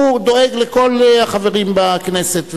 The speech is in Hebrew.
דואג לכל החברים בכנסת.